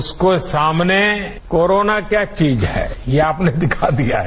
उसके सामने कोरोना क्या चीज है ये आपने दिखा दिया है